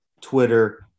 Twitter